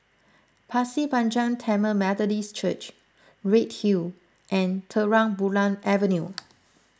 Pasir Panjang Tamil Methodist Church Redhill and Terang Bulan Avenue